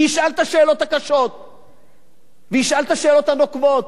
וישאל את השאלות הקשות וישאל את השאלות הנוקבות,